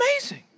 amazing